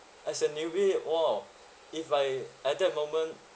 as a newbie !wow! if I at that moment